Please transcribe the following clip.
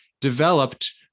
developed